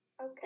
okay